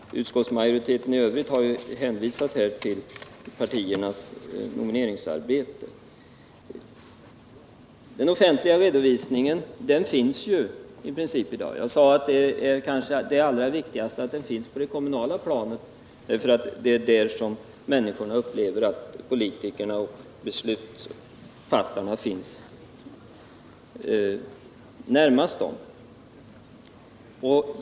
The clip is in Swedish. Utskottsmajoriteten i övrigt har ju hänvisat till partiernas nomineringsarbete. Den offentliga redovisningen finns i princip i dag. Jag sade att det är allra viktigast att den finns på det kommunala planet eftersom människorna upplever att det är där politikerna och beslutsfattarna finns närmast dem.